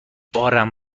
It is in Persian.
بارم